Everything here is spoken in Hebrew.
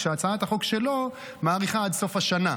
כשהצעת החוק שלו מאריכה עד סוף השנה.